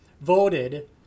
voted